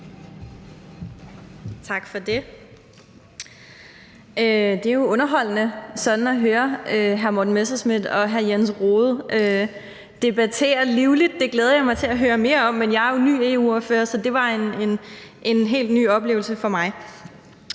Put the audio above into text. Tak for det. Det er jo underholdende at høre hr. Morten Messerschmidt og hr. Jens Rohde debattere livligt, og det glæder jeg mig til at høre mere af, men jeg er jo ny EU-ordfører, så det var en helt ny oplevelse for mig.